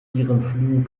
ihren